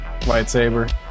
lightsaber